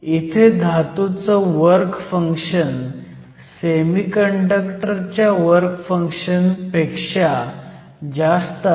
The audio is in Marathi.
इथे धातूचं वर्क फंक्शन सेमीकंडक्टर च्या वर्क फंक्शन ओपेक्षा जास्त आहे